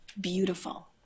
beautiful